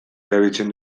erabiltzen